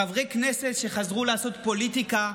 חברי כנסת שחזרו לעשות פוליטיקה,